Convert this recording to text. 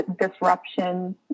disruption